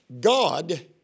God